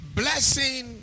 blessing